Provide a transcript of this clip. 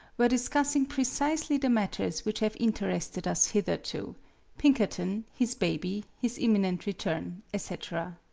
were discussing precisely the matters which have interested us hitherto pinkerton, his baby, his imminent return, etc.